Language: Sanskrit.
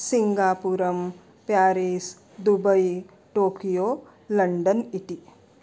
सिङ्गापुरं प्यारिस् दुबै टोक्यो लण्डन् इति